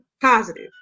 positive